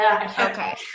okay